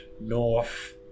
north